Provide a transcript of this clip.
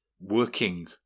working